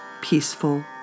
peaceful